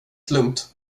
lugnt